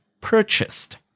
purchased